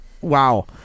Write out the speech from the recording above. wow